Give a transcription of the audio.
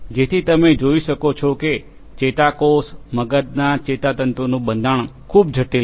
જેથી તમે જોઈ શકો છો કે ચેતાકોષ મગજના ચેતાતંતુનું બંધારણ ખૂબ જટિલ છે